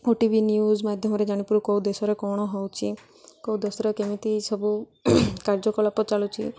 ଓ T V news ମାଧ୍ୟମରେ ଜାଣିପୁ କେଉଁ ଦେଶରେ କ'ଣ ହେଉଛି କେଉଁ ଦେଶରେ କେମିତି ସବୁ କାର୍ଯ୍ୟକଳାପ ଚାଲୁଛି